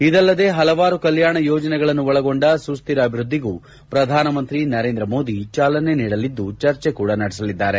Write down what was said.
ಇದಲ್ಲದೇ ಹಲವಾರು ಕಲ್ಯಾಣ ಯೋಜನೆಗಳನ್ನು ಒಳಗೊಂಡ ಸುಸ್ತಿರ ಅಭಿವ್ವದ್ದಿಗೂ ಪ್ರಧಾನಮಂತ್ರಿ ನರೇಂದ್ರ ಮೋದಿ ಚಾಲನೆ ನೀಡಲಿದ್ದು ಚರ್ಚೆ ಕೂಡ ನಡೆಸಲಿದ್ದಾರೆ